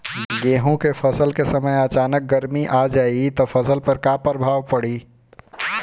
गेहुँ के फसल के समय अचानक गर्मी आ जाई त फसल पर का प्रभाव पड़ी?